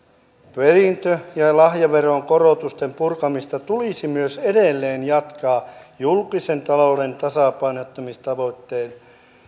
perintö ja lahjaveron korotusten purkamista tulisi myös edelleen jatkaa julkisen talouden tasapainottamistavoitteen